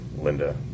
Linda